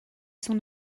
son